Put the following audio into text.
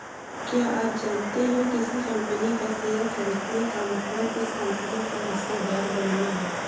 क्या आप जानते है किसी कंपनी का शेयर खरीदने का मतलब उस कंपनी का हिस्सेदार बनना?